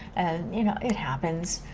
you know it happens,